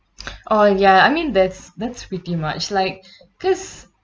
oh ya I mean that's that's pretty much like because